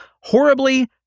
horribly